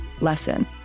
lesson